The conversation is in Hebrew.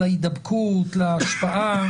להדבקות להשפעה